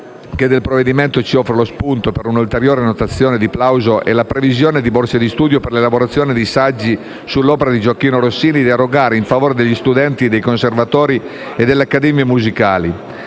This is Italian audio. che del provvedimento ci offre lo spunto per una ulteriore notazione di plauso è la previsione di borse di studio per l'elaborazione di saggi sull'opera di Gioachino Rossini da erogare in favore degli studenti dei conservatori e delle accademie musicali,